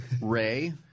Ray